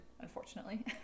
unfortunately